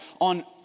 on